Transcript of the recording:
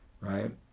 right